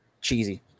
Cheesy